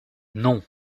non